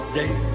day